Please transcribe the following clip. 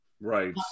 Right